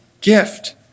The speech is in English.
gift